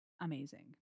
amazing